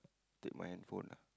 take my handphone lah